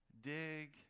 Dig